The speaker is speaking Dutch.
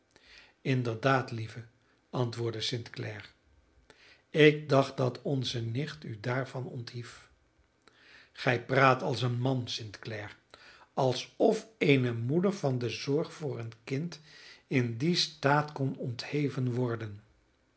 inderdaad lieve antwoordde st clare ik dacht dat onze nicht u daarvan onthief gij praat als een man st clare alsof eene moeder van de zorg voor een kind in dien staat kon ontheven worden